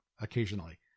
occasionally